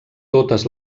totes